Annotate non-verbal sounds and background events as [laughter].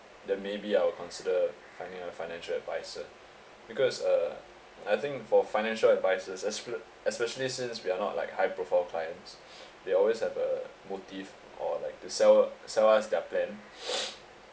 then maybe I will consider finding a financial adviser because uh I think for financial advisers espre~ especially since we are not like high profile clients [breath] they always have a motive or like to sell sell us their plan [breath]